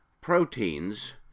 proteins